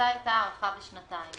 להצעה הייתה הארכה בשנתיים.